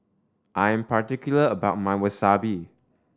I am particular about my Wasabi